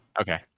Okay